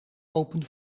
open